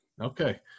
Okay